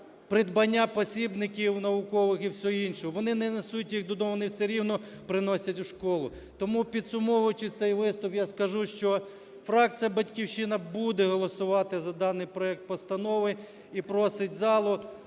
придбання посібників наукових і всього іншого. Вони не несуть їх додому, вони все рівно приносять у школу. Тому, підсумовуючи цей виступ, я скажу, що фракція "Батьківщина" буде голосувати за даний проект постанови і просить зал,